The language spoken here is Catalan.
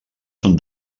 són